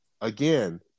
Again